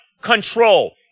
Control